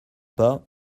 pas